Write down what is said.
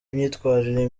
imyitwarire